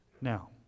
Now